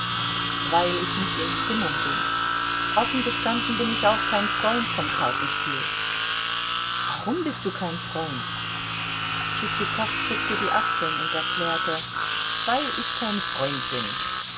weil ich nicht in der stimmung bin offen gestanden bin ich auch kein freund vom kartenspiel warum bist du kein freund tschitschikow zuckte die achseln und erklärte weil ich kein freund bin